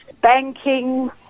Banking